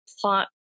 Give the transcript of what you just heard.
plot